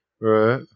right